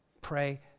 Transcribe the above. pray